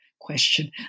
question